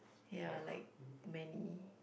ya like many